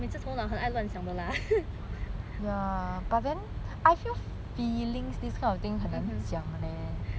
很爱乱想的啦 true